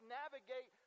navigate